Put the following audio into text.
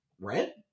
Red